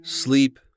Sleep